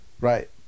Right